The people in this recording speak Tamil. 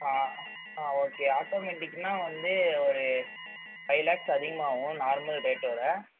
ஓகே ஆட்டோமெடிக்குனால் வந்து ஒரு ஃபைவ் லேக்ஸ் அதிகமாகும் நார்மல் ரேட்டை விட